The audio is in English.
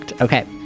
Okay